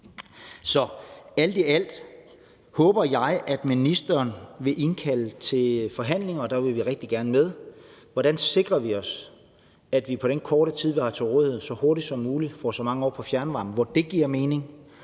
Så alt i alt håber jeg, at ministeren vil indkalde til forhandlinger, og der vil vi rigtig gerne være med. Hvordan sikrer vi os, at vi på den korte tid, vi har til rådighed, så hurtigt som muligt får så mange som muligt over på fjernvarme der, hvor det giver mening,